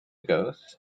goes